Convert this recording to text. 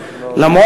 רבה,